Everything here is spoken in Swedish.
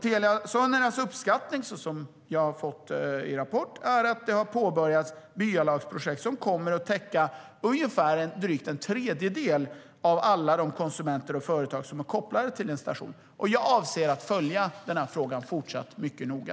Telia Soneras uppskattning, så som jag har fått det rapporterat, är att det har påbörjats byalagsprojekt som kommer att täcka drygt en tredjedel av alla de konsumenter och företag som är kopplade till en station. Jag avser att följa frågan fortsatt mycket noga.